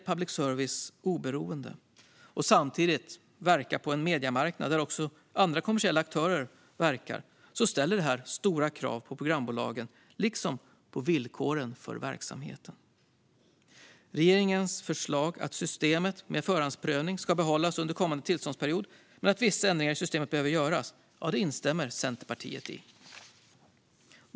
Public services oberoende, samtidigt som man verkar på en mediemarknad där också andra kommersiella aktörer verkar, ställer stora krav på programbolagen liksom på villkoren för verksamheten. Regeringens förslag att systemet med förhandsprövning ska behållas under kommande tillståndsperiod men att vissa ändringar i systemet behöver göras instämmer Centerpartiet i.